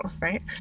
right